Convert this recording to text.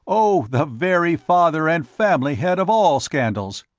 oh, the very father and family-head of all scandals!